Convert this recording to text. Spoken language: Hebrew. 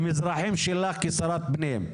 הם אזרחים שלך כשרת פנים,